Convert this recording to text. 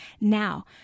Now